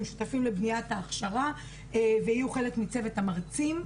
הם שותפים לבנייה ולהכשרה והם יהיו חלק מצוות המרצים.